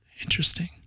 Interesting